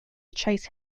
chase